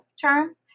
term